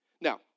Now